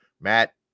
Matt